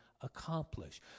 accomplish